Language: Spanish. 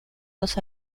dos